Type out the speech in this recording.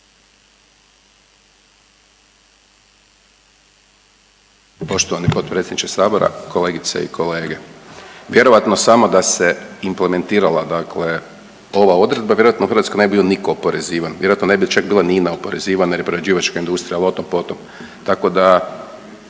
Poštovani potpredsjedniče sabora, kolegice i kolege. Vjerojatno samo da se implementirala dakle ova odredba vjerojatno u Hrvatskoj ne bi bio niko oporezivan, vjerojatno ne bi čak bila ni INA oporezivana jer je prerađivačka industrija, al o tom potom. Tako da